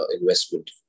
investment